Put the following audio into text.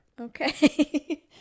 okay